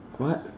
what